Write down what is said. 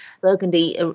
Burgundy